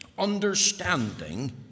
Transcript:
understanding